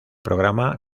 programa